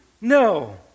No